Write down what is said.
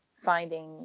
finding